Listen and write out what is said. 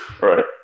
right